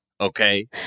Okay